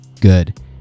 Good